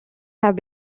have